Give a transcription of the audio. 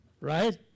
Right